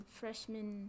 freshman